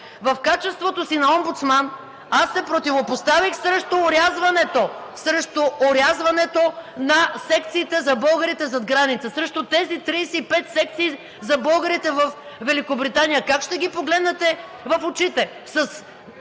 В качеството си на омбудсман се противопоставих срещу орязването, срещу орязването на секциите за българите зад граница, срещу тези 35 секции за българите във Великобритания! Как ще ги погледнете в очите?